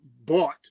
bought